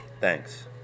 Thanks